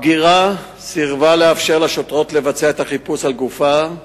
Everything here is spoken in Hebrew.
הבגירה סירבה לאפשר לשוטרות לבצע את החיפוש על גופה,